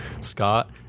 Scott